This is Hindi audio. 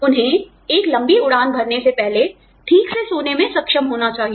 उन्हें एक लंबी उड़ान भरने से पहले ठीक से सोने में सक्षम होना चाहिए